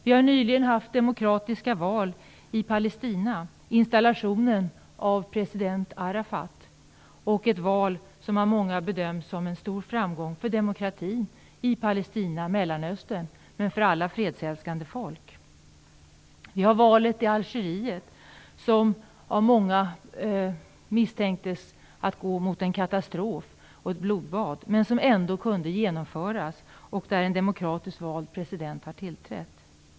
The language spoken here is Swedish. Vi har nyligen haft demokratiska val i Palestina och installation av president Arafat. Valen bedöms av många som en stor framgång för demokratin i Palestina och i Mellanöstern, men också för alla fredsälskande folk. Vi har valet i Algeriet, som många misstänkte var på väg mot katastrof och blodbad, men som ändå kunde genomföras, och en demokratiskt vald president har nu tillträtt.